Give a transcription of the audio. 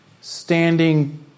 standing